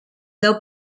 deu